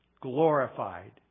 glorified